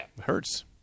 hurts